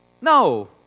No